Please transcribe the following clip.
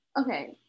okay